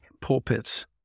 pulpits